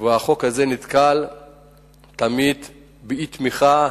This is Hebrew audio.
והחוק הזה נתקל תמיד באי-תמיכה,